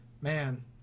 man